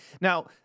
now